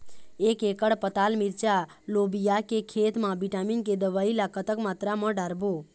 एक एकड़ पताल मिरचा लोबिया के खेत मा विटामिन के दवई ला कतक मात्रा म डारबो?